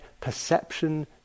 perception